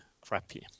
crappy